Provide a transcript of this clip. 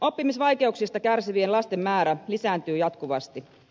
oppimisvaikeuksista kärsivien lasten määrä lisääntyy jatkuvasti